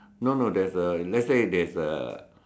no no there's a let's say there's a